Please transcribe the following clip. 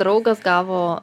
draugas gavo